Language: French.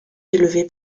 élevé